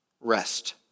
rest